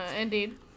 Indeed